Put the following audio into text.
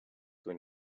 when